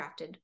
Crafted